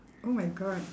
oh my god